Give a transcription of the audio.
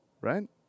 right